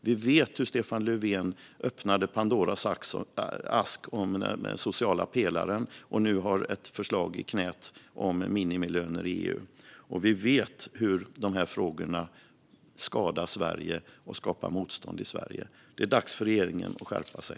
Vi vet hur Stefan Löfven öppnade Pandoras ask i och med den sociala pelaren, vilket har inneburit att vi nu har ett förslag i knät om minimilöner i EU. Och vi vet hur de här frågorna skadar Sverige och skapar motstånd i Sverige. Det är dags för regeringen att skärpa sig.